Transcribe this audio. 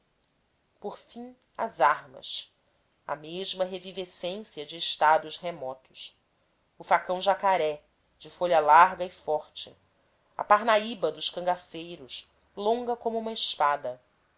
por fim as armas a mesma revivescência de estádios remotos o facão jacaré de folha larga e forte a parnaíba dos cangaceiros longa como uma espada